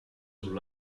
sul